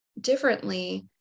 differently